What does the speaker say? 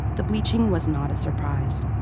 the bleaching was not a surprise.